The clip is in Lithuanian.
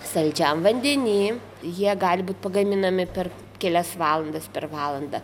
saldžiam vandeny jie gali būt pagaminami per kelias valandas per valandą